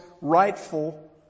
rightful